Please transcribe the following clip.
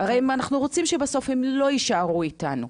הרי אנחנו רוצים שבסוף הם לא יישארו איתנו.